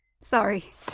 Sorry